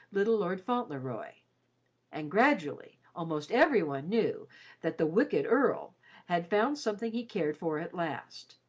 little lord fauntleroy and gradually almost every one knew that the wicked earl had found something he cared for at last,